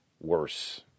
worse